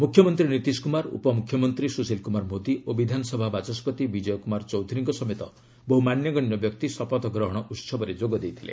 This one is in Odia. ମୁଖ୍ୟମନ୍ତ୍ରୀ ନୀତିଶ କୁମାର ଉପମୁଖ୍ୟମନ୍ତ୍ରୀ ସୁଶିଲ୍ କୁମାର ମୋଦି ଓ ବିଧାନସଭା ବାଚସ୍ୱପତି ବିକ୍ଷୟ କୁମାର ଚୌଧୁରୀଙ୍କ ସମେତ ବହୁ ମାନ୍ୟଗଣ୍ୟ ବ୍ୟକ୍ତି ଶପଥ ଗ୍ରହଣ ଉସବରେ ଯୋଗ ଦେଇଥିଲେ